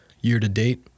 Year-to-date